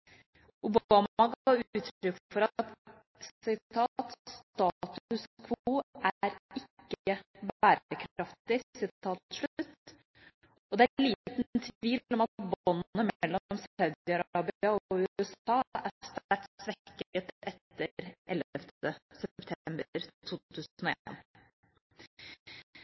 Obama ga uttrykk for at «status quo er ikke bærekraftig», og det er liten tvil om at båndet mellom Saudi-Arabia og USA er sterkt svekket etter